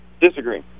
Disagree